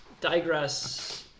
digress